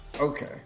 Okay